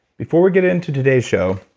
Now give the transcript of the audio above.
before we get into today's show,